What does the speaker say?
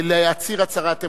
להצהיר הצהרת אמונים.